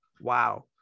Wow